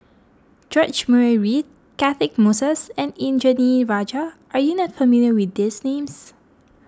George Murray Reith Catchick Moses and Indranee Rajah are you not familiar with these names